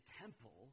temple